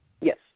Yes